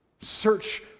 search